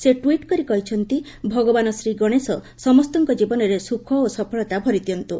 ସେ ଟ୍ୱିଟ୍ କରି କହିଛନ୍ତି ଭଗବାନ ଶ୍ରୀଗଣେଶ ସମସ୍ତଙ୍କ ଜୀବନରେ ସୁଖ ଓ ସଫଳତା ଭରିଦିଅନ୍ତୁ